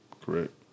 Correct